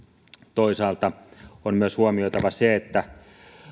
toisaalta on myös huomioitava se että